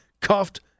cuffed